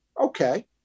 Okay